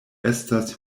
estas